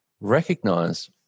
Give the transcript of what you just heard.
recognize